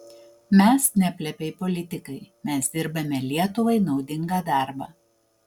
mes ne plepiai politikai mes dirbame lietuvai naudingą darbą